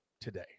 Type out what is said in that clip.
today